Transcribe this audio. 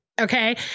Okay